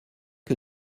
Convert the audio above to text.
que